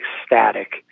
ecstatic